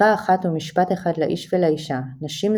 חוקה אחת ומשפט אחד לאיש ולאישה נשים,